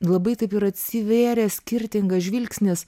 labai taip ir atsivėrė skirtingas žvilgsnis